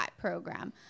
program